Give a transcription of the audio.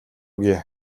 өгье